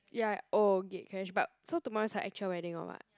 ya oh gatecrash but so tomorrow is her actual wedding or what